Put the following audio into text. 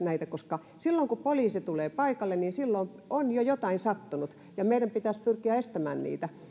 näitä koska silloin kun poliisi tulee paikalle silloin on jo jotain sattunut ja meidän pitäisi pyrkiä estämään niitä